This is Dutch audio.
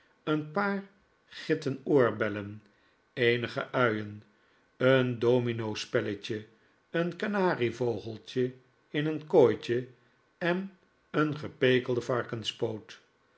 een paar gitten oorbellen eenige uien een domino spelletje een kanarievogeltje in een kooitje en een gepekelden varkenspoot